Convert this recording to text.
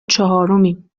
چهارمیم